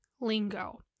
lingo